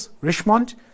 Richmond